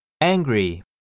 Angry